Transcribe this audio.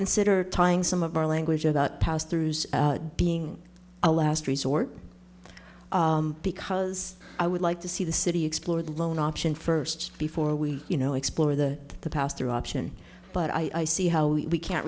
consider tying some of our language about pastors being a last resort because i would like to see the city explored loan option first before we you know explore the the pastor option but i see how we can't